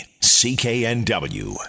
CKNW